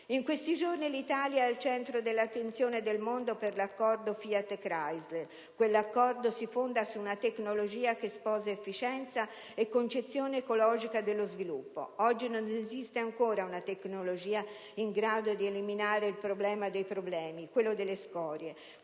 In questi giorni l'Italia è al centro dell'attenzione del mondo per l'accordo FIAT-Chrysler. Quell'accordo si fonda su una tecnologia che sposa efficienza e concezione ecologica dello sviluppo. Oggi non esiste ancora una tecnologia in grado di eliminare il problema dei problemi, quello delle scorie,